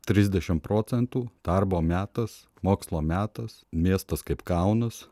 trisdešimt procentų darbo metas mokslo metas miestas kaip kaunas